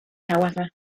however